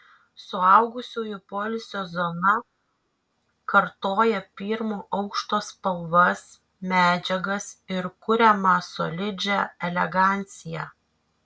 suaugusiųjų poilsio zona kartoja pirmo aukšto spalvas medžiagas ir kuriamą solidžią eleganciją